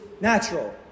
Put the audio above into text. natural